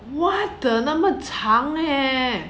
what the 那么长 leh